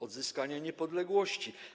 Odzyskania niepodległości.